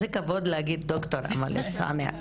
זה כבוד להגיד דוקטור אמל אלסאנע.